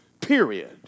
period